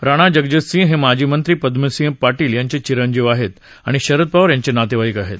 राणा जगजीत सिंह हे माजी मंत्री पद्मसिंह पाटील यांचे चिरंजीव हेत ि णि शरद पवार यांचे नातेवाईक हेत